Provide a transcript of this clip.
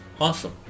Awesome